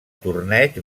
torneig